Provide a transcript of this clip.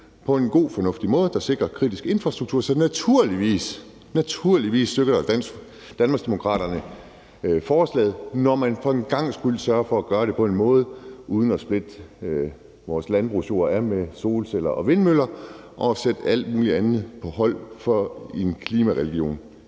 på en god og fornuftig måde, som sikrer kritisk infrastruktur. Så naturligvis støtter Danmarksdemokraterne forslaget, når man for en gangs skyld sørger for at gøre det på en måde, som ikke splitter vores landbrugsjord ad med solceller og vindmøller og sætter alt muligt andet på hold for en klimareligion.